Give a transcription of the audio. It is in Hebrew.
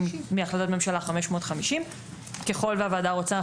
מהחלטת ממשלה 550. ככל והוועדה רוצה,